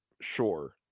sure